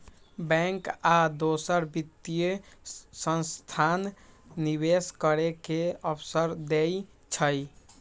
bank आ दोसर वित्तीय संस्थान निवेश करे के अवसर देई छई